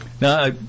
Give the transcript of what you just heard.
Now